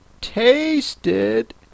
tasted